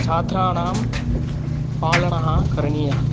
छात्राणां पालनं करणीयः